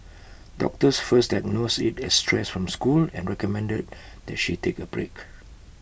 doctors first diagnosed IT as stress from school and recommended that she take A break